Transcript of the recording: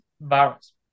virus